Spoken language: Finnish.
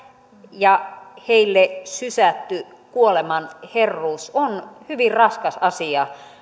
ja heille sysätty kuoleman herruus on hyvin raskas asia